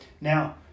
now